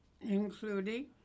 including